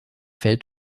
fällt